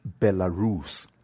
Belarus